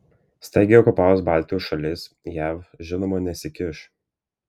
staigiai okupavus baltijos šalis jav žinoma nesikiš